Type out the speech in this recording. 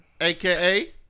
AKA